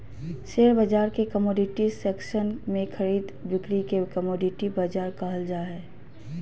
share बाजार के commodity section में खरीद बिक्री के कमोडिटी बाजार कहल जा हइ